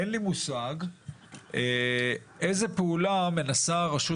אין לי מושג איזו פעולה מנסה הרשות